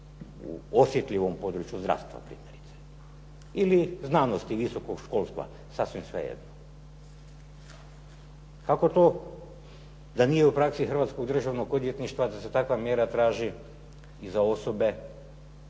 u osjetljivom području zdravstva primjerice ili znanosti i visokog školstva sasvim svejedno. Kako to da nije u praksi hrvatskog državnog odvjetništva da se takva mjera traži i za osobe